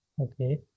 Okay